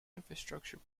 infrastructure